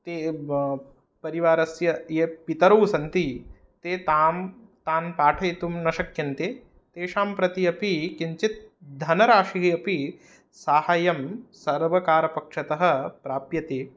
ते परिवारस्य ये पितरौ सन्ति ते तां तान् पाठयितुं न शक्यन्ते तेषां प्रति अपि किञ्चित् धनराशिः अपि साहाय्यं सर्वकारपक्षतः प्राप्यते